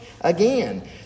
Again